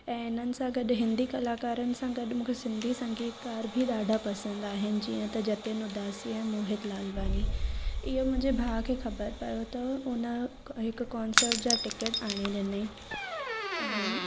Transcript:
ऐं हिननि सां गॾु हिंदी कलाकारनि सां गॾु मूंखे सिंधी संगीतकार बि ॾाढा पसंदि आहिनि जीअं त जतिन उदासी ऐं मोहित लालवाणी इहो मुंहिंजे भाउ खे ख़बर पियो त उन हिकु कॉन्सर्ट जा टिकिट आणे ॾिनईं